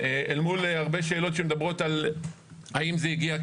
אל מול הרבה שאלות שמדברות על האם זה הגיע,